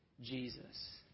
Jesus